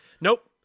Nope